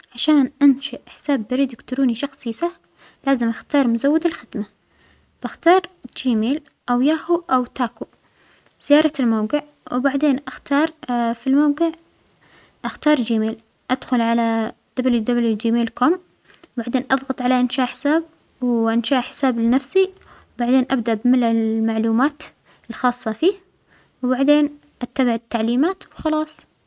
عشان أنشئ حساب بريد إليكتروني شخصى سهل لازم أختار مزود الخدمة، بختار جيميل أو ياهو أو تاكو، زيارة الموجع، وبعدين أختار في الموجع أختار جيميل أدخل على WWW G-mail com وبعدين أظغط على إنشاء حساب، وأنشأ حساب لنفسى وبعدين أبدأ بملء المعلومات الخاصة فيه، وبعدين أتبع التعليمات وخلاص.